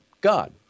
God